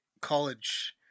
college